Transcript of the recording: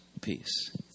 peace